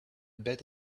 bet